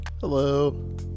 Hello